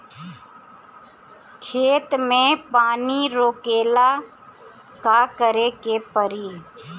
खेत मे पानी रोकेला का करे के परी?